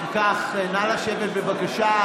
נא לשבת, בבקשה.